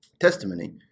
testimony